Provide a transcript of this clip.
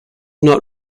not